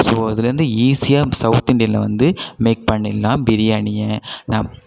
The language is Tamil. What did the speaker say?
ஸோ அதுலேருந்து ஈஸியாக சௌத் இண்டியனில் வந்து மேக் பண்ணிடலாம் பிரியாணியை நம்